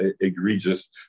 egregious